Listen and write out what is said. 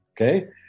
okay